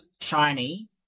shiny